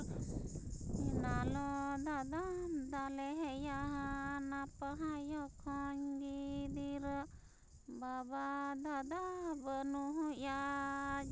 ᱱᱟᱞᱚ ᱫᱟᱫᱟᱢ ᱫᱟᱞᱮᱭᱟ ᱱᱟᱯᱟᱭ ᱚᱠᱚᱡ ᱜᱤᱫᱽᱨᱟᱹ ᱵᱟᱵᱟ ᱫᱟᱫᱟ ᱵᱟᱹᱱᱩᱭᱟ